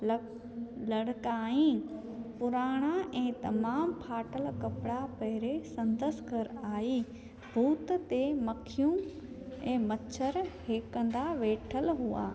लड़ लड़काई पुराणा ऐं तमामु फाटल कपिड़ा पहिरें संदसि कर आई भूत ते मखियूं ऐं मछर इहे कंदा वेठल हुआ